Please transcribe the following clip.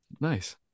Nice